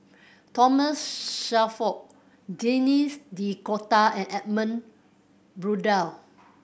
Thomas Shelford Denis D'Cotta and Edmund Blundell